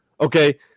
Okay